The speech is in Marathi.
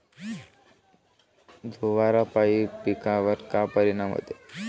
धुवारापाई पिकावर का परीनाम होते?